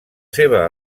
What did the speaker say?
seva